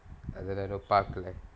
அதலா இன்னும் பாகல:athala innum paakala